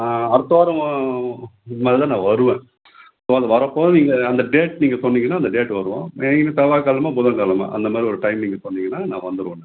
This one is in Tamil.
அடுத்த வாரம் இது மாதிரி தான் நான் வருவேன் ஸோ அது வரப்போது நீங்கள் அந்த டேட் நீங்கள் சொன்னிங்கன்னால் அந்த டேட் வருவோம் மெயினாக செவ்வாக்கெழம புதன்கெழம அந்த மாதிரி ஒரு டைமிங்கு சொன்னிங்கன்னால் நான் வந்துடுவோம்